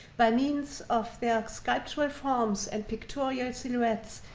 by means of their skyward forms and pictorial silhouettes,